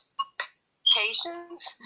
patience